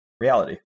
reality